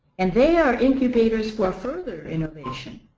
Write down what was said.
and they are incubators for further innovation.